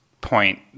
point